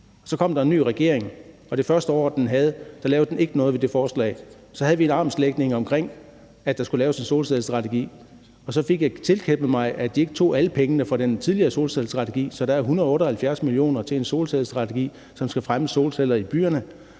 Så kom der en ny regering, og det første år, den havde, lavede den ikke noget ved det forslag. Så havde vi en armlægning omkring, at der skulle laves en solcellestrategi, og så fik jeg tilkæmpet mig, at de ikke tog alle pengene fra den tidligere solcellestrategi. Så der er 178 mio. kr. til en solcellestrategi, som skal fremme solceller i byerne,